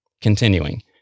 Continuing